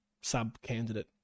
sub-candidate